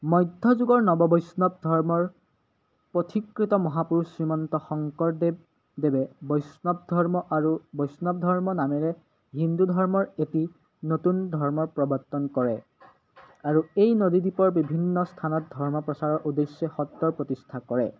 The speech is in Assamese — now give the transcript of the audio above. মধ্যযুগৰ নৱ বৈষ্ণৱ ধৰ্মৰ পথিকৃত মহাপুৰুষ শ্ৰীমন্ত শংকৰদেৱ দেৱে বৈষ্ণৱ ধৰ্ম আৰু বৈষ্ণৱ ধৰ্ম নামেৰে হিন্দু ধৰ্মৰ এটি নতুন ধৰ্ম প্ৰৱৰ্তন কৰে আৰু এই নদীদ্বীপৰ বিভিন্ন স্থানত ধৰ্ম প্ৰচাৰৰ উদ্দেশ্যে সত্ৰৰ প্ৰতিষ্ঠা কৰে